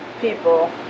people